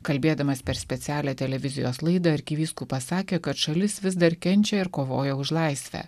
kalbėdamas per specialią televizijos laidą arkivyskupas sakė kad šalis vis dar kenčia ir kovoja už laisvę